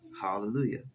Hallelujah